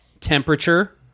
temperature